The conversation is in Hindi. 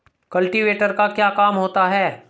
कल्टीवेटर का क्या काम होता है?